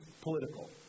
political